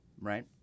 Right